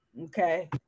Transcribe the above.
Okay